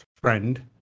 friend